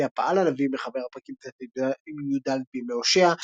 על פיה פעל הנביא מחבר הפרקים ט' - י"ד בימי הושע,